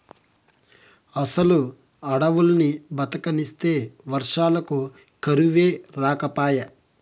అసలు అడవుల్ని బతకనిస్తే వర్షాలకు కరువే రాకపాయే